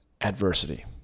adversity